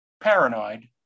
paranoid